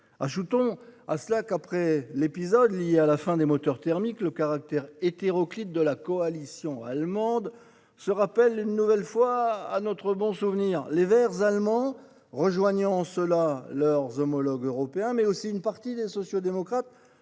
Ajoutons à cela qu'après l'épisode lié à la fin des moteurs thermiques en Europe le caractère hétéroclite de la coalition allemande se rappelle une nouvelle fois à notre bon souvenir. Les Verts allemands, rejoignant leurs homologues européens et une partie des sociaux-démocrates,